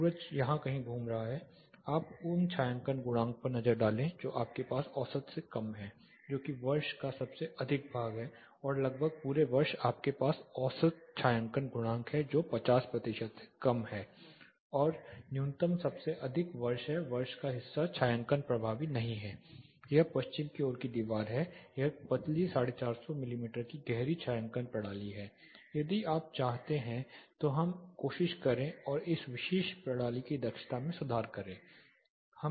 सूरज यहाँ कहीं घूम रहा है आप उन छायांकन गुणांक पर नज़र डालें जो आपके पास औसत से कम है जो कि वर्ष का सबसे अधिक भाग है और लगभग पूरे वर्ष आपके पास औसत छायांकन गुणांक है जो 50 प्रतिशत से कम है और न्यूनतम सबसे अधिक है वर्ष का हिस्सा छायांकन प्रभावी नहीं है यह पश्चिम की ओर की दीवार है यह एक पतली 450 मिमी की गहरी छायांकन प्रणाली है यदि आप चाहते हैं तो हम कोशिश करें और इस विशेष प्रणाली की दक्षता में सुधार करें